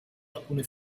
alcune